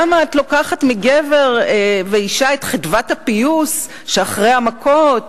למה את לוקחת מגבר ואשה את חדוות הפיוס שאחרי המכות.